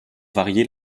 varier